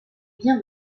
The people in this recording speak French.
bien